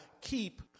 keep